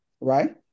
right